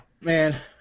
Man